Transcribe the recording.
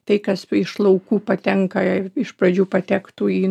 tai kas iš laukų patenka jei iš pradžių patektų į